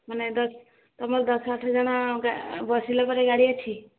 ମାନେ ଦଶ ତମର ଦଶ ଆଠ ଜଣ ବସିଲା ପରି ଗାଡ଼ି ଅଛି